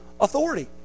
authority